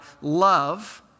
love